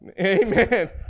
Amen